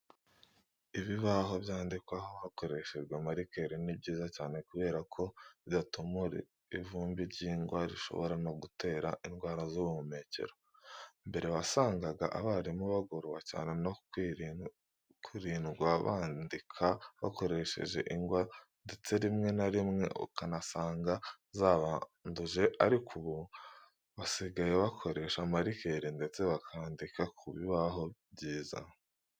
Ibibaho byandikwaho hakoreshejwe marikeri ni byiza cyane kubera ko bidatumura ivumbi nk'iry'ingwa rishobora no gutera indwara z'ubuhumekero. Mbere wasangaga abarimu bagorwa cyane no kwirirwa bandika bakoresheje ingwa ndetse rimwe na rimwe ukanasanga zabanduje ariko ubu basigaye bakoresha marikeri ndetse bakandika ku bibaho byiza.